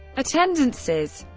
attendances